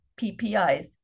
PPIs